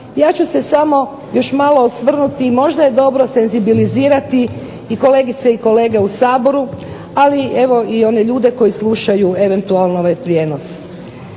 ja ću se samo malo osvrnuti možda je dobro senzibilizirati i kolegice i kolege u Saboru ali one ljude koji slušaju možda ovaj prijenos.